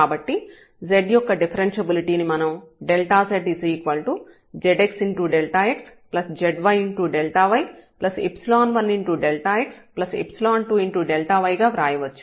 కాబట్టి z యొక్క differentiability ని మనం ∆z zx ∆xzy ∆y1∆x2∆y గా వ్రాయవచ్చు